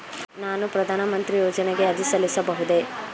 ನಾನು ಪ್ರಧಾನ ಮಂತ್ರಿ ಯೋಜನೆಗೆ ಅರ್ಜಿ ಸಲ್ಲಿಸಬಹುದೇ?